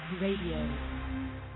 Radio